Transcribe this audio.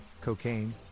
cocaine